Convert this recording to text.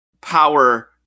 power